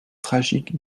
tragique